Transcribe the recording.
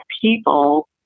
people